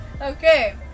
Okay